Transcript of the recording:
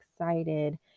excited